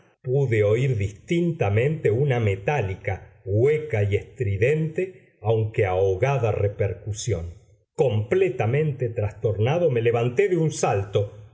pude oír distintamente una metálica hueca y estridente aunque ahogada repercusión completamente trastornado me levanté de un salto